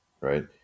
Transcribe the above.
right